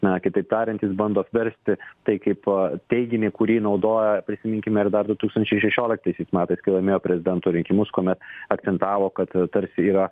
na kitaip tariant jis bando apversti tai kaip teiginį kurį naudojo prisiminkime ir dar du tūkstančiai šešioliktaisiais metais kai laimėjo prezidento rinkimus kuomet akcentavo kad tarsi yra